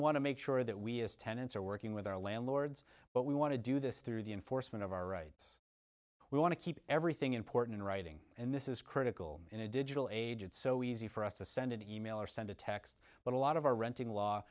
want to make sure that we as tenants are working with our landlords but we want to do this through the enforcement of our rights we want to keep everything important in writing and this is critical in a digital age it's so easy for us to send an e mail or send a text but a lot of our renting law